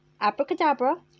Abracadabra